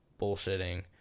bullshitting